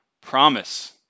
promise